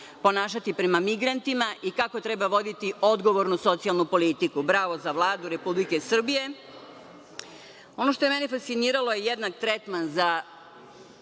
ponašati prema migrantima i kako treba voditi odgovornu socijalnu politiku. Bravo za Vladu Republike Srbije. Ono što je mene fasciniralo je jednak tretman za